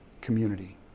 community